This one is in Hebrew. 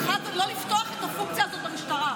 בכלל לא לפתוח את הפונקציה הזאת במשטרה,